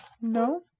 No